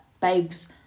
Babes